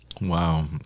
wow